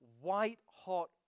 White-hot